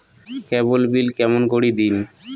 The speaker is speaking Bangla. কেবল বিল কেমন করি দিম?